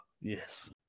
Yes